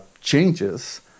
changes